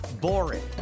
boring